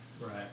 Right